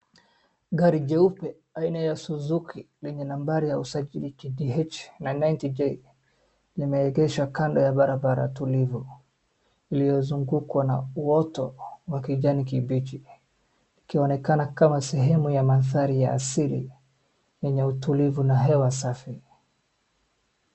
Gari jeupe aina ya suzuki, yenye nambari ya usajili, KDH 990J, limeegeshwa kando ya barabara tulivu. Limezungukwa na uoto wa kijani kibichi , ikionekana kama sehemu ya manthari ya asili, yenye utulivu na hewa safi.